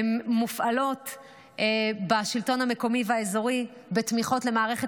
הן מופעלות בשלטון המקומי והאזורי בתמיכות למערכת